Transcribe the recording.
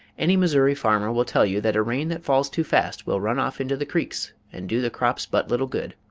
any missouri farmer will tell you that a rain that falls too fast will run off into the creeks and do the crops but little good.